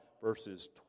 verses